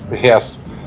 yes